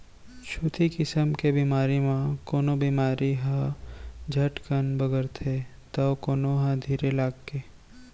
छुतही किसम के बेमारी म कोनो बेमारी ह झटकन बगरथे तौ कोनो ह धीर लगाके